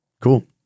cool